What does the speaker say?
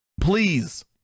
Please